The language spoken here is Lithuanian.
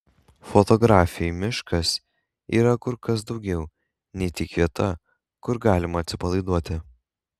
fotografei miškas yra kur kas daugiau nei tik vieta kur galima atsipalaiduoti